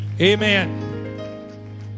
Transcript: Amen